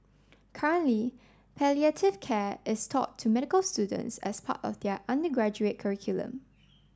currently palliative care is taught to medical students as part of their undergraduate curriculum